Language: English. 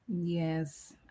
Yes